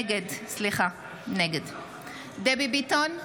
נגד דבי ביטון,